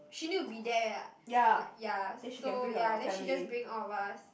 she need to be there ah like ya so ya then she just bring all of us